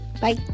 bye